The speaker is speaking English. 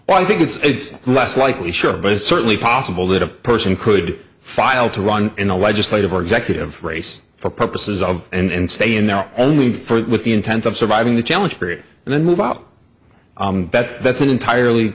well i think it's less likely sure but it's certainly possible that a person could file to run in a legislative or executive race for purposes of and stay in there only first with the intent of surviving the challenge period and then move out that's that's an entirely